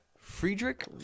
Friedrich